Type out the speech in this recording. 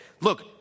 Look